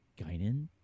Guinan